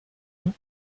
eux